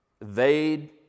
evade